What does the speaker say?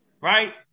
Right